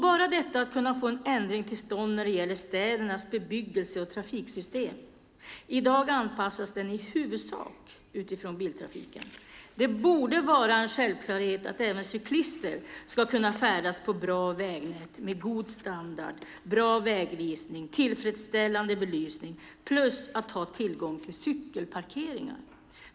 Bara detta att kunna få en ändring till stånd när det gäller städernas bebyggelse och trafiksystem vore bra. I dag anpassas den i huvudsak utifrån biltrafiken. Det borde vara en självklarhet att även cyklister ska kunna färdas på ett bra vägnät med god standard, bra vägvisning och tillfredsställande belysning. De ska också ha tillgång till cykelparkeringar.